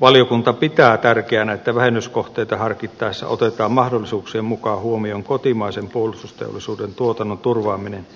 valiokunta pitää tärkeänä että vähennyskohteita harkittaessa otetaan mahdollisuuksien mukaan huomioon kotimaisen puolustusteollisuuden tuotannon turvaaminen